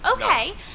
Okay